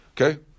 okay